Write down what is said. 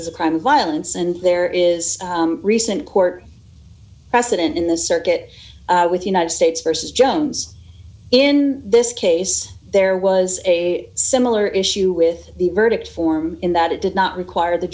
as a crime violence and there is recent court precedent in the circuit with united states versus jones in this case there was a similar issue with the verdict form in that it did not require the